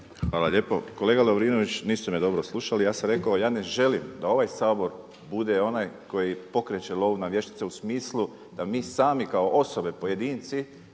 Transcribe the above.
Hvala lijepo. Kolega Lovrinović, niste me dobro slušali. Ja sam rekao ja ne želim da ovaj Sabor bude onaj koji pokreće lov na vještice u smislu da mi sami kao osobe, pojedinci